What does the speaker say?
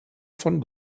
von